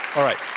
all right.